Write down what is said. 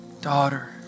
Daughter